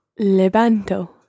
Levanto